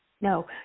No